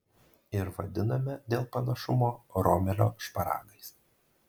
ir vadiname dėl panašumo romelio šparagais